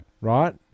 right